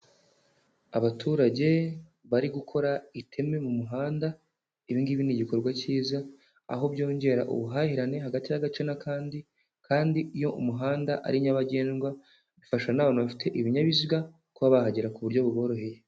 Abaturage bari gukora iteme mu muhanda, ibi ngibi ni igikorwa kiza, aho byongera ubuhahirane hagati y'agace n'akandi kandi iyo umuhanda ari nyabagendwa, bifasha n'abantu bafite ibinyabiziga kuba bahagera ku buryo buboroheye.